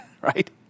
right